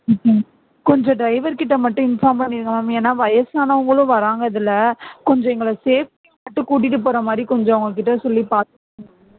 okay ma'am கொஞ்சம் driver கிட்ட மட்டும் இன்ஃபார்ம் பண்ணிடுங்க ஏன்னால் வயசானவங்களும் வராங்க இதில் கொஞ்சம் எங்களை சேஃப்டியா மட்டும் கூட்டிகிட்டு போகிற மாதிரி கொஞ்சம் விட சொல்லி பார்த்துக்கோங்க